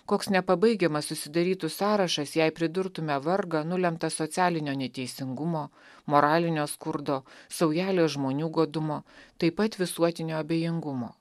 koks nepabaigiamas susidarytų sąrašas jei pridurtumėme vargą nulemtą socialinio neteisingumo moralinio skurdo saujelės žmonių godumo taip pat visuotinio abejingumo